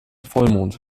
vollmond